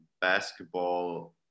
basketball